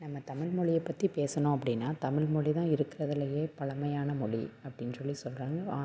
நம்ம தமிழ்மொழியை பற்றி பேசணும் அப்படின்னா தமிழ்மொழி தான் இருக்குறதுலேயே பழமையான மொழி அப்படின் சொல்லி சொல்கிறாங்க